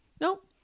Nope